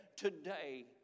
Today